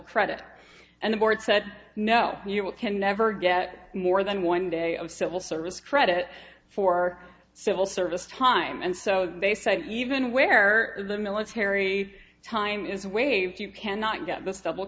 credit and the board said no you will can never get more than one day of civil service credit for civil service time and so they say even where the military time is waived you cannot get this double